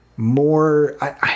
more